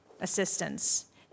assistance